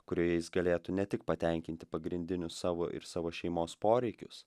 kurioje jis galėtų ne tik patenkinti pagrindinius savo ir savo šeimos poreikius